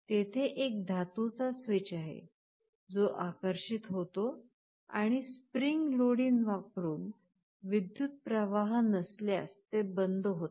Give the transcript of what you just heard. तेथे एक धातूचा स्विच आहे जो आकर्षित होतो आणि स्प्रिंग लोडिंग वापरुन विद्युत् प्रवाह नसल्यास ते बंद होते